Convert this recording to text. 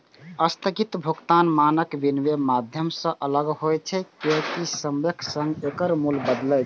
स्थगित भुगतान मानक विनमय माध्यम सं अलग होइ छै, कियैकि समयक संग एकर मूल्य बदलै छै